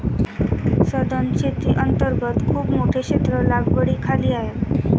सधन शेती अंतर्गत खूप मोठे क्षेत्र लागवडीखाली आहे